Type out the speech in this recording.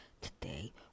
today